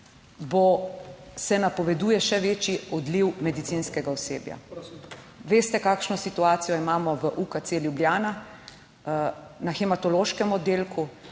bo se napoveduje še večji odliv medicinskega osebja. Veste, kakšno situacijo imamo v UKC Ljubljana, na hematološkem oddelku,